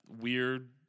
weird